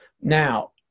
Now